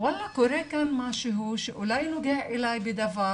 "וואלה קורה כאן משהו שאולי נוגע אליי בדבר